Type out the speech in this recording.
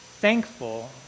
thankful